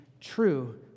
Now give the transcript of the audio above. true